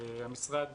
המשרד